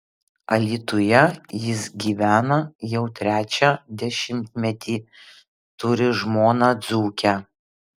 alytuje jis gyvena jau trečią dešimtmetį turi žmoną dzūkę